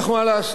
אך מה לעשות